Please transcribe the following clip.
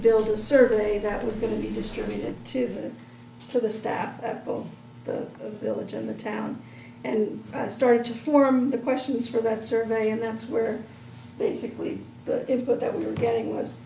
build a survey that was going to be distributed to to the staff of the village and the town and i started to form the questions for that survey and that's where basically the input that we were getting was